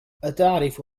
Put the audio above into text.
أتعرف